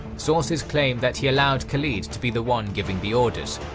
sources claim that he allowed khalid to be the one giving the orders.